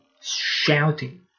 shouting